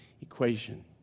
equation